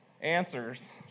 Answers